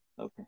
Okay